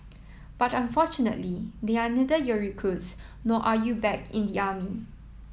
but unfortunately they are neither your recruits nor are you back in the army